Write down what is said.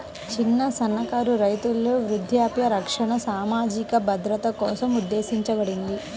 చిన్న, సన్నకారు రైతుల వృద్ధాప్య రక్షణ సామాజిక భద్రత కోసం ఉద్దేశించబడింది